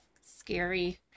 scary